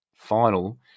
final